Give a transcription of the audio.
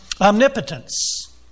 omnipotence